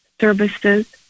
services